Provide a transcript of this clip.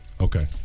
Okay